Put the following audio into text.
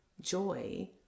joy